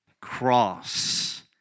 cross